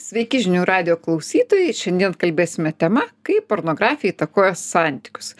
sveiki žinių radijo klausytojai šiandien kalbėsime tema kaip pornografija įtakoja santykius